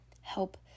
help